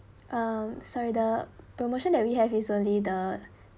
um sorry the promotion that we have is only the